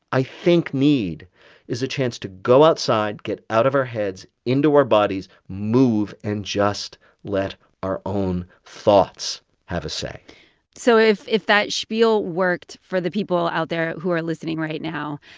i think, need is a chance to go outside, get out of our heads, into our bodies, move and just let our own thoughts have a say so if if that spiel worked for the people out there who are listening right now,